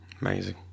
Amazing